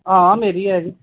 हां मेरी ही है जी